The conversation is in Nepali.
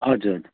हजुर